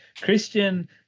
Christian